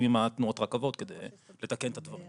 עם תנועות הרכבות כדי לתקן את הדברים.